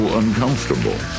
uncomfortable